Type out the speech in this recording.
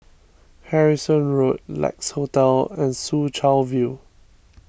Harrison Road Lex Hotel and Soo Chow View